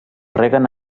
reguen